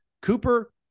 Cooper